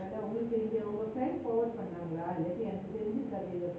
when you are here